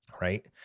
right